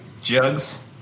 jugs